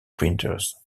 printers